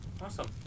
Awesome